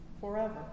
forever